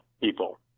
people